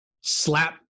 slap